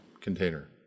container